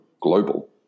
global